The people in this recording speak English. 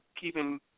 keeping